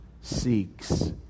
seeks